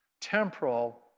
temporal